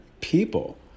people